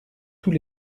tous